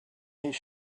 his